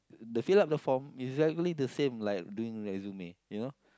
the fill up the form exactly the same like doing resume you know